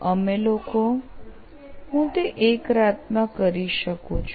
અમે લોકો હું તે એક રાતમાં કરી શકું છું